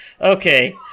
Okay